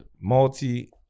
Multi